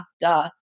duh